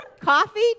Coffee